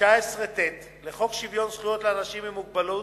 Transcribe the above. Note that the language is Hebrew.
19ט לחוק שוויון זכויות לאנשים עם מוגבלות,